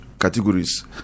categories